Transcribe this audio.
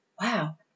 wow